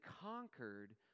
conquered